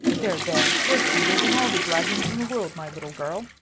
there, there! you're sweeter than all the dragons in the world, my little girl,